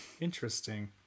interesting